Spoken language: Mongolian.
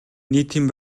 нийтийн